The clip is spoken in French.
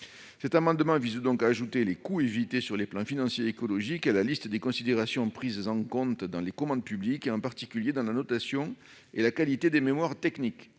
à projets. Il s'agit d'ajouter les coûts évités en matière financière et écologique à la liste des considérations prises en compte dans les commandes publiques, en particulier dans la notation de la qualité des mémoires techniques.